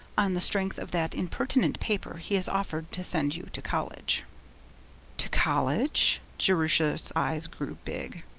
on the strength of that impertinent paper, he has offered to send you to college to college jerusha's eyes grew big.